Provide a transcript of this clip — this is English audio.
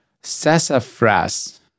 Sassafras